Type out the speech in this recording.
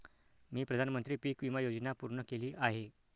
मी प्रधानमंत्री पीक विमा योजना पूर्ण केली आहे